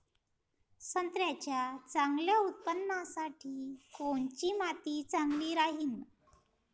संत्र्याच्या चांगल्या उत्पन्नासाठी कोनची माती चांगली राहिनं?